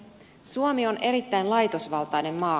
suomi on erittäin laitosvaltainen maa